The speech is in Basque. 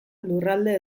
lurralde